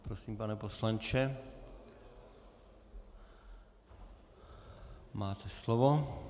Prosím, pane poslanče, máte slovo.